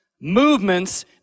Movements